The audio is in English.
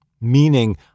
meaning